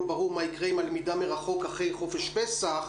ברור מה יקרה עם הלמידה מרחוק אחרי חופש פסח,